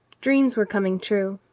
dreams were coming true.